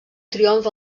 triomf